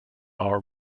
our